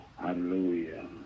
Hallelujah